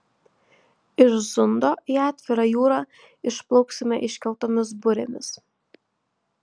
iš zundo į atvirą jūrą išplauksime iškeltomis burėmis